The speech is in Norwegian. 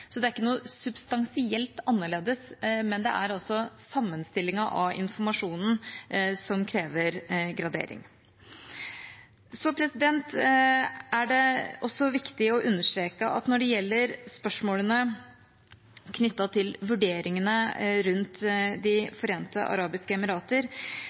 så det er ikke noe substansielt annerledes, men det er altså sammenstillingen av informasjonen som krever gradering. Det er også viktig å understreke at når det gjelder spørsmålene knyttet til vurderingene rundt De forente arabiske emirater,